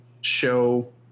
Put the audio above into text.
show